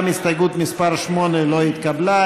גם הסתייגות מס' 8 לא התקבלה.